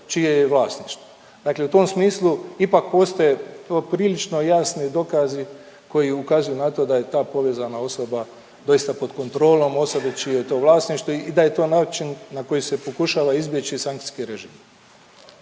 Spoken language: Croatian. čije je vlasništvo. Dakle, u tom smislu ipak postoje poprilično jasni dokazi koji ukazuju na to da je ta povezana osoba doista pod kontrolom osobe čije je to vlasništvo i da je to način na koji se pokušava izbjeći sankcijski režim.